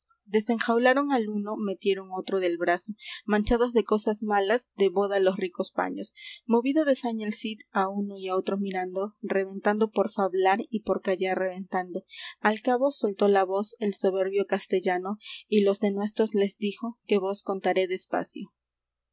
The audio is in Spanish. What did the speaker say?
desenjaularon al uno metieron otro del brazo manchados de cosas malas de boda los ricos paños movido de saña el cid á uno y á otro mirando reventando por fablar y por callar reventando al cabo soltó la voz el soberbio castellano y los denuestos les dijo que vos contaré despacio